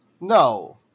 No